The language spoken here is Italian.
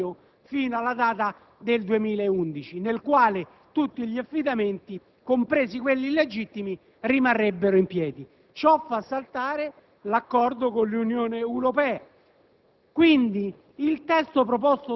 un ulteriore regime transitorio fino alla data del 2011, alla quale tutti gli affidamenti, compresi quelli illegittimi, rimarrebbero in piedi. Ciò fa saltare l'accordo con l'Unione Europea.